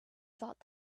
thought